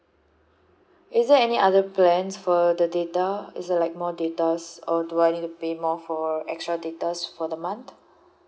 is there any other plans for the data is it like more datas or do I need to pay more for extra datas for the month